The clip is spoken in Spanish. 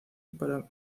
para